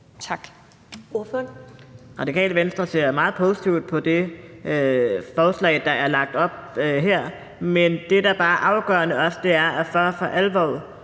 Radikale Venstre ser meget positivt på det forslag, der er lagt op her, men det, der bare også er afgørende for for alvor